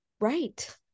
Right